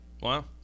Wow